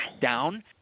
down